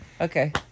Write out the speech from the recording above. Okay